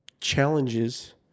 challenges